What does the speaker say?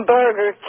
Burger